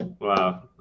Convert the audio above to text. Wow